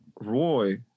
Roy